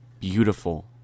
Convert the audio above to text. beautiful